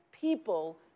people